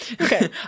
Okay